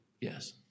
Yes